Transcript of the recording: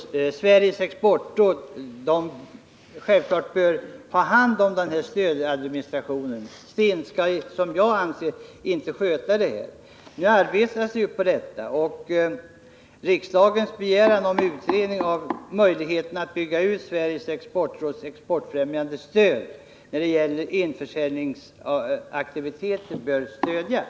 Sveriges exportråd bör självfallet ta hand om den här stödadministrationen. SIND skall, som jag ser det, inte sköta det här. Nu arbetar man på detta, och riksdagens begäran om utredning av möjligheterna att bygga ut Sveriges exportråds exportfrämjandestöd när det gäller införselaktiviteter bör stödjas.